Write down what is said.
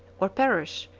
or parish,